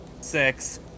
Six